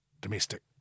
domestic